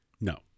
No